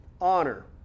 honor